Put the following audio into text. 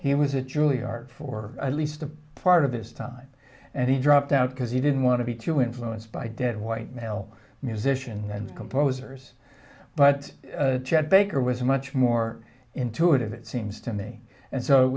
he was a truly art for at least a part of his time and he dropped out because he didn't want to be too influenced by dead white male musician and composers but chet baker was much more intuitive it seems to me and so it